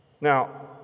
Now